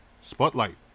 spotlight